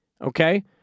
okay